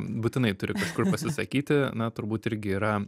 būtinai turi kažkur pasisakyti na turbūt irgi yra